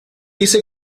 dice